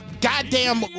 goddamn